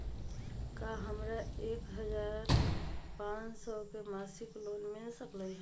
का हमरा के एक हजार पाँच सौ के मासिक लोन मिल सकलई ह?